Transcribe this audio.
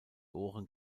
ohren